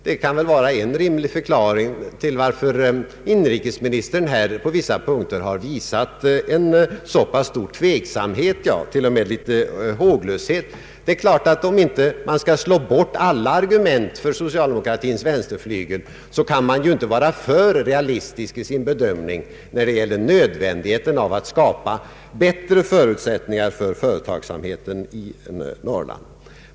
Det kan vara en rimlig förklaring till varför inrikesministern på vissa punkter har visat en så stor tveksamhet och till och med håglöshet. Om man inte skall slå bort alla argument för socialdemokratins vänsterflygel, så kan man inte vara för realistisk i sin bedömning när det gäller nödvändigheten av att skapa bättre förutsättningar för företagsamheten i Norrland.